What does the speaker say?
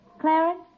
Clarence